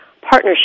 partnership